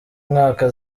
mwaka